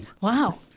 Wow